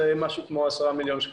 זה משהו כמו 10 מיליון שקלים.